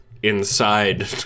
inside